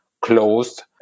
closed